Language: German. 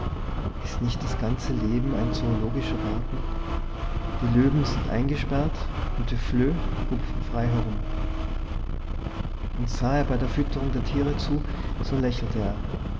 is nicht das ganze leben ein zoologischer garten die löwen sind eingesperrt und die flöh hüpfen frei erum und sah er bei der fütterung der tiere zu so lächelte er